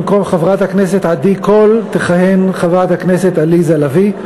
במקום חברת הכנסת עדי קול תכהן חברת הכנסת עליזה לביא,